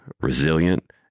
resilient